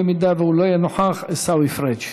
אם הוא לא יהיה נוכח, עיסאווי פריג'.